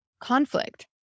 conflict